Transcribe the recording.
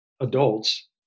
adults